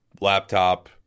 laptop